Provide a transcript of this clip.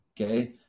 Okay